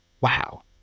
wow